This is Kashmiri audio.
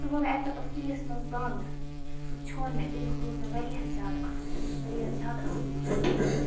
سُہ گوٚو مےٚ اَکہِ دۄہ پَتہٕ کِلِس منٛز بنٛد سُہ ژھیٛون مےٚ تَمیٛک روٗد مےٚ واریاہ زیادٕ اَفسوٗس واریاہ زیادٕ اَفسوٗس